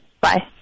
bye